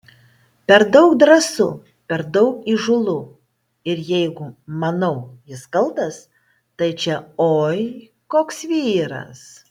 per daug drąsu per daug įžūlu ir jeigu manau jis kaltas tai čia oi koks vyras